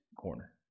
corner